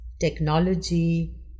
technology